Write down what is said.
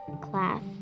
class